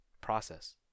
process